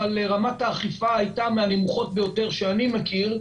אבל רמת האכיפה הייתה מהנמוכות ביותר שאני מכיר,